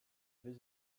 been